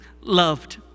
loved